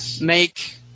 make